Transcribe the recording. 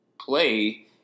play